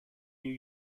new